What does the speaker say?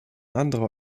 anderer